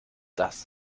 das